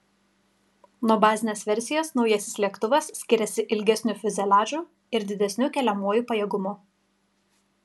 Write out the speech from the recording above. nuo bazinės versijos naujasis lėktuvas skiriasi ilgesniu fiuzeliažu ir didesniu keliamuoju pajėgumu